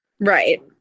Right